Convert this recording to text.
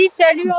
salut